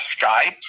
Skype